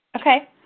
Okay